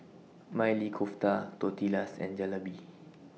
Maili Kofta Tortillas and Jalebi